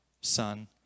Son